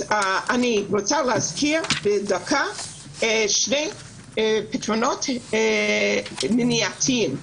אני רוצה להזכיר בדקה שני פתרונות מניעתיים.